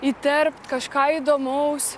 įterpt kažką įdomaus